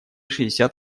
шестьдесят